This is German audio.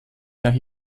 seit